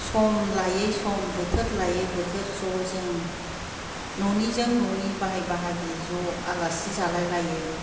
सम लायै सम बोथोर लायै बोथोर ज' जों न'निजों न'नि बाय बाहागि ज' आलासि जालायलायो